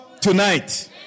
tonight